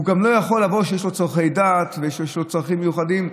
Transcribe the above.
הוא לא יכול לבוא כשיש לו צורכי דת ויש לו צרכים מיוחדים.